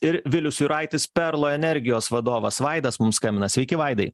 ir vilius juraitis perlo energijos vadovas vaidas mum skambina sveiki vaidai